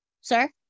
sir